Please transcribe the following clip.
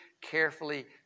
carefully